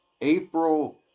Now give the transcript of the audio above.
April